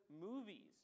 movies